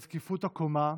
את זקיפות הקומה,